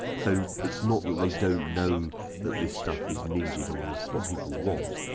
so it's not that they don't know that this stuff is needed or is what people want.